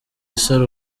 isaro